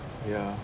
ya